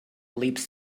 leaps